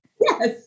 Yes